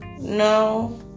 No